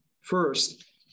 First